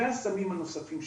והסמים הנוספים שקיימים.